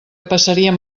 passaríem